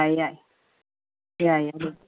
ꯌꯥꯏ ꯌꯥꯏ ꯌꯥꯏ ꯑꯗꯨ